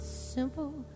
simple